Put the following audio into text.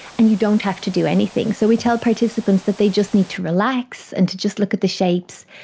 and you don't have to do anything. so we tell participants that they just need to relax and to just look at the shapes.